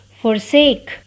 forsake